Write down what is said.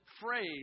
phrase